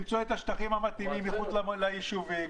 למצוא את השטחים המתאימים מחוץ לישובים,